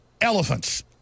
elephants